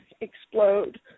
explode